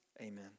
Amen